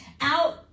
out